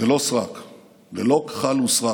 ללא כחל ושרק: